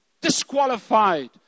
disqualified